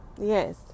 Yes